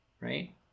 right